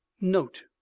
Note